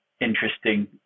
interesting